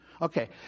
Okay